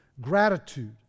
gratitude